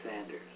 Sanders